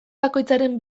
bakoitzaren